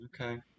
Okay